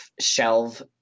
shelve